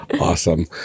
Awesome